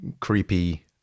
creepy